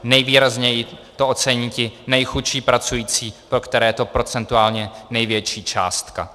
Nejvýrazněji to ocení ti nejchudší pracující, pro které je to procentuálně největší částka.